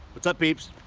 what's up peeps,